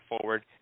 forward